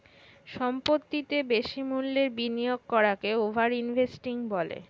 সম্পত্তিতে বেশি মূল্যের বিনিয়োগ করাকে ওভার ইনভেস্টিং বলে